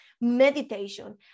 meditation